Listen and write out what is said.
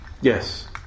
Yes